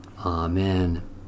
Amen